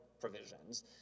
provisions